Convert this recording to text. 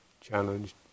challenged